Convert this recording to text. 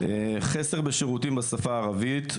חוסר בשירותים בשפה הערבית.